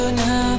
now